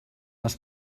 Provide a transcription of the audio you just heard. les